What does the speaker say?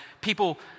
people